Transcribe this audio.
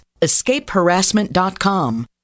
escapeharassment.com